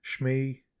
Shmi